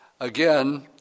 again